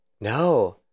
No